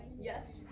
Yes